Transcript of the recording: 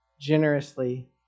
generously